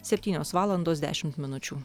septynios valandos dešimt minučių